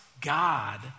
God